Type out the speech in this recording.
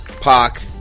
Pac